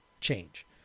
change